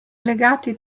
legati